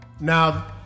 Now